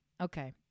okay